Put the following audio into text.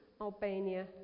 Albania